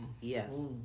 Yes